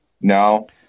No